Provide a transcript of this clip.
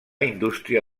indústria